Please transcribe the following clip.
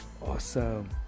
awesome